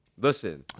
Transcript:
Listen